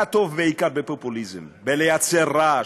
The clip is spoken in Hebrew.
אתה טוב בעיקר בפופוליזם, בלייצר רעש: